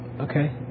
okay